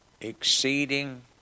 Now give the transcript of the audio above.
exceeding